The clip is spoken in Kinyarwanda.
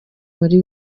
muri